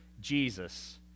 Jesus